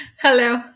Hello